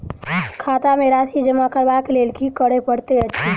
खाता मे राशि जमा करबाक लेल की करै पड़तै अछि?